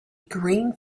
green